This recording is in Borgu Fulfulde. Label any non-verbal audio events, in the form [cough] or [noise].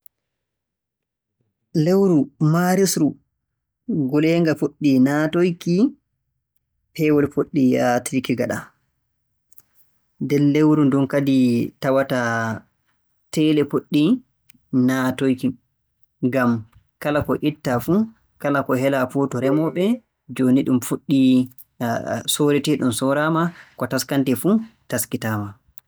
Lewru Maarisru, nguleenga fuɗɗii naatoyki, peewol fuɗɗii yahtirki ngaɗa. Nder lewru ndun kadi tawataa teele fuɗɗii naatoyki. Ngam kala ko ittaa fuu kala ko helaa fuu to remooɓe [hesitation] jooni ɗum fuɗɗii - soreteeɗum sooraama, ko taskantee fuu taskitaama.